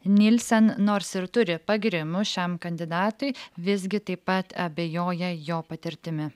nylsen nors ir turi pagyrimų šiam kandidatui visgi taip pat abejoja jo patirtimi